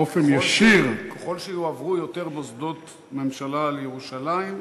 באופן ישיר --- ככל שיועברו יותר מוסדות ממשלה לירושלים,